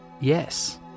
yes